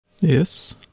Yes